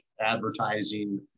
advertising